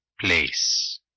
place